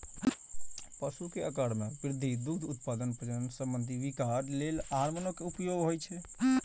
पशु के आाकार मे वृद्धि, दुग्ध उत्पादन, प्रजनन संबंधी विकार लेल हार्मोनक उपयोग होइ छै